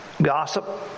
Gossip